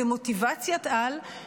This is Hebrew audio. במוטיבציית-על,